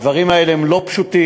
הדברים האלה הם לא פשוטים,